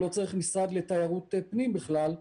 לא צריך משרד לתיירות פנים בכלל,